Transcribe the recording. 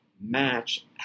match